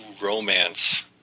romance